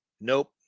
Nope